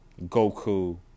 Goku